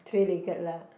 three legged lah